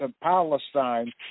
Palestine